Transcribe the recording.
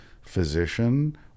physician